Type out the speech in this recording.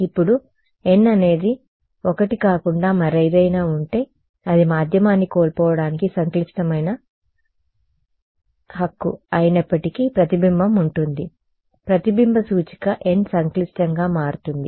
ఇప్పుడు n అనేది 1 కాకుండా మరేదైనా ఉంటే అది మాధ్యమాన్ని కోల్పోవడానికి సంక్లిష్టమైన హక్కు అయినప్పటికీ ప్రతిబింబం ఉంటుంది ప్రతిబింబ సూచిక n సంక్లిష్టంగా మారుతుంది